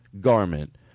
garment